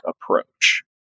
approach